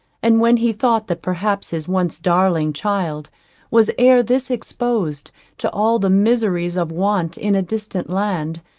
and when he thought that perhaps his once darling child was ere this exposed to all the miseries of want in a distant land,